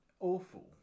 Awful